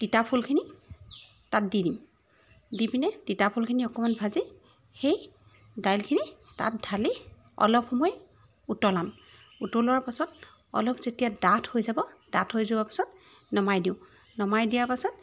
তিতাফুলখিনি তাত দি দিম দি পিনে তিতাফুলখিনি অকণমান ভাজি সেই দাইলখিনি তাত ঢালি অলপ সময় উতলাম উতলোৱাৰ পাছত অলপ যেতিয়া ডাঠ হৈ যাব ডাঠ হৈ যোৱাৰ পিছত নমাই দিওঁ নমাই দিয়া পাছত